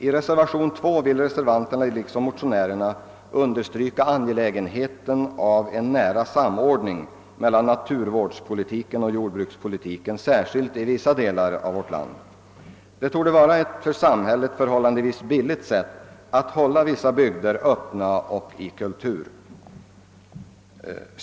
I reservationen 2 framhålles i likhet med vad som motionsvägen anförts angelägenheten av en nära samordning mellan naturvårdspolitiken och jordbrukspolitiken, särskilt i vissa delar av vårt land. Det torde vara ett för samhället förhållandevis billigt sätt att hålla vissa bygder öppna och i kultur.